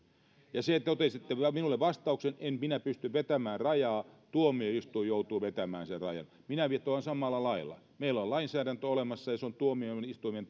ja te totesitte minulle vastauksen en minä pysty vetämään rajaa tuomioistuin joutuu vetämään sen rajan minä vetoan samalla lailla meillä on lainsäädäntö olemassa ja se on tuomioistuimen